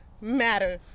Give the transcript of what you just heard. matter